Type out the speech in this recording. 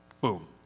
boom